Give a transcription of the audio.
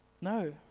No